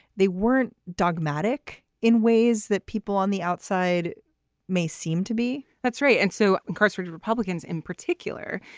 they weren't dogmatic in ways that people on the outside may seem to be that's right. and so incarcerated republicans in particular,